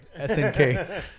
SNK